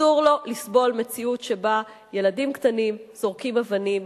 אסור לו לסבול מציאות שבה ילדים קטנים זורקים אבנים.